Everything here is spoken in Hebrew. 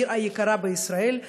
העיר היקרה בישראל,